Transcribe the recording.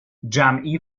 جمعی